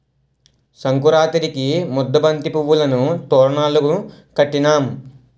సంకురాతిరికి ముద్దబంతి పువ్వులును తోరణాలును కట్టినాం